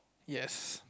yes